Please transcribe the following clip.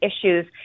issues